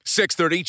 6.30